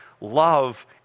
love